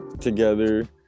together